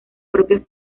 propios